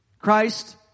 Christ